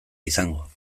izango